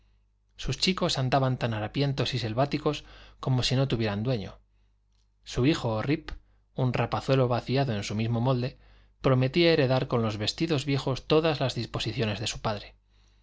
sus chicos andaban tan harapientos y selváticos como si no tuvieran dueño su hijo rip un rapazuelo vaciado en su mismo molde prometía heredar con los vestidos viejos todas las disposiciones de su padre